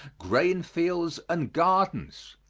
grain fields and gardens.